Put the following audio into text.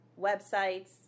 websites